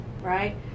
right